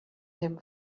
him